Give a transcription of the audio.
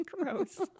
gross